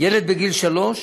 ילד בגיל שלוש,